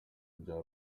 bya